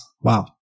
Wow